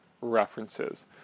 references